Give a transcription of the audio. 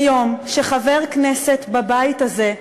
ביום שחבר כנסת בבית הזה,